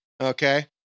Okay